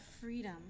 freedom